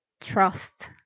trust